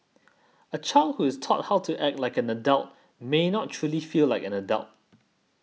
a child who is taught how to act like an adult may not truly feel like an adult